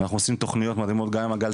שיש לנו תוכנית מערכתית בנושא של טיפול